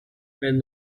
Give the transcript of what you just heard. and